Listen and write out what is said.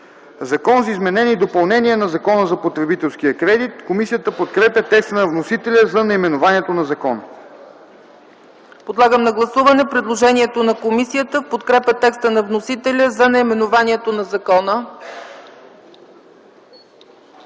„Закон за изменение и допълнение на Закона за потребителския кредит”. Комисията подкрепя текста на вносителя за наименованието на закона. ПРЕДСЕДАТЕЛ ЦЕЦКА ЦАЧЕВА: Подлагам на гласуване предложението на комисията в подкрепа текста на вносителя за наименованието на закона.